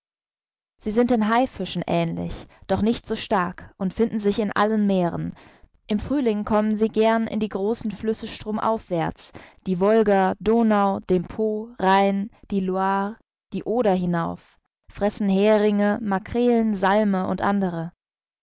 sie sind den haifischen ähnlich doch nicht so stark und finden sich in allen meeren im frühling kommen sie gern in die großen flüsse stromaufwärts die wolga donau den po rhein die loire die oder hinauf fressen häringe makrelen salme u a